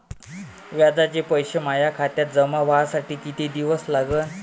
व्याजाचे पैसे माया खात्यात जमा व्हासाठी कितीक दिवस लागन?